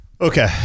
Okay